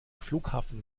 flughafen